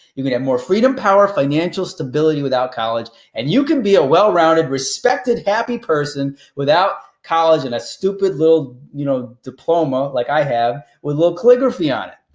you can have more freedom, power, financial stability without college and you can be a well-rounded, respected, happy person without college and that stupid little you know diploma, like i have, with little calligraphy on it.